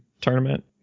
tournament